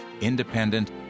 independent